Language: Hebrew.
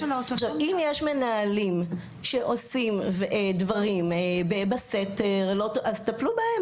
אם יש מנהלים שעושים דברים בסתר, אז תטפלו בהם.